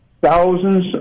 thousands